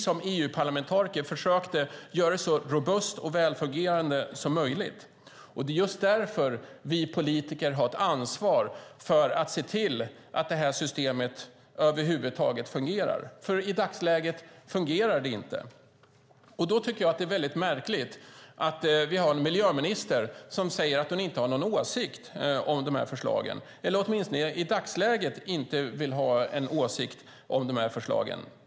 Som EU-parlamentariker försökte vi göra det så robust och välfungerande som möjligt. Därför har vi politiker ett ansvar att se till att systemet över huvud taget fungerar. I dagsläget fungerar det inte. Det är märkligt att miljöministern säger att hon inte har någon åsikt om de här förslagen - eller att hon åtminstone i dagsläget inte vill ha någon åsikt om förslagen.